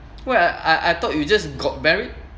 where I I thought you just got married